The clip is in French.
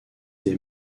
des